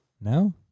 no